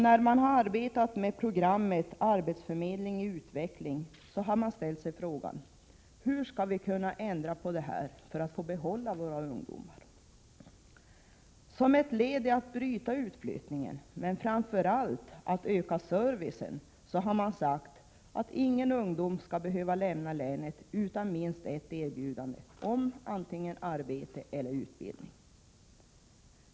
När de har arbetat med programmet Arbetsförmedling i utveckling har de ställt sig frågan: Hur skall vi kunna ändra på detta för att få behålla våra ungdomar? Som ett led i att försöka minska utflyttningen, men framför allt för att öka servicen, har man sagt att inga ungdomar skall behöva lämna länet utan minst ett erbjudande om arbete eller utbildning.